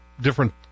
different